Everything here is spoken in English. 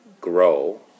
grow